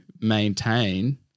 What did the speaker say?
maintain